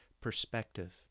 perspective